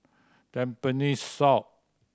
Tampines South